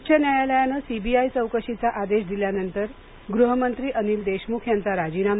उच्च न्यायालयानं सीबीआय चौकशीचा आदेश दिल्यानंतर गृहमंत्री अनील देशमुख यांचा राजीनामा